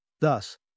Thus